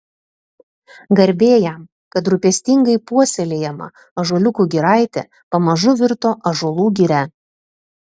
garbė jam kad rūpestingai puoselėjama ąžuoliukų giraitė pamažu virto ąžuolų giria